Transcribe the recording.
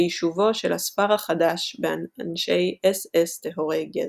ויישובו של הספר החדש באנשי אס־אס טהורי גזע.